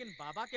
baba?